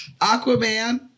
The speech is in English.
Aquaman